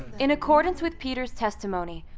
in accordance with peter's testimony,